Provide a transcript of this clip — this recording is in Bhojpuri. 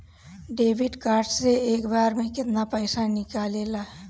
डेबिट कार्ड से एक बार मे केतना पैसा निकले ला?